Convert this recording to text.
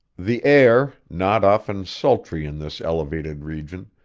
the air, not often sultry in this elevated region,